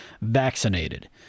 vaccinated